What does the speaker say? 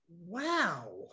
Wow